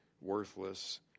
worthless